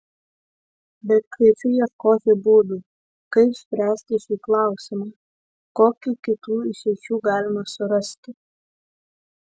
bet kviečiu ieškoti būdų kaip spręsti šį klausimą kokių kitų išeičių galima surasti